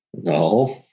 No